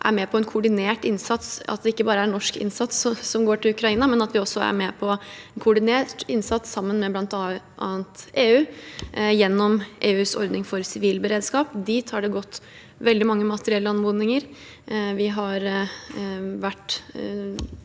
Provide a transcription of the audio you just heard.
er med på en koordinert innsats. Det er ikke bare norsk innsats som går til Ukraina, vi er også med på en koordinert innsats sammen med bl.a. EU, gjennom EUs ordning for sivil beredskap. Dit har det gått veldig mange materiellanmodninger. Vi har donert